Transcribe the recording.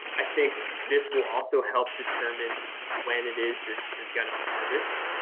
i think this will also help determine when it is you're you're gonna harvest.